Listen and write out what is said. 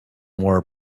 more